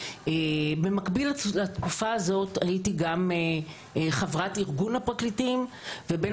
במקביל לתקופה הזאת הייתי גם חברת ארגון הפרקליטים ובין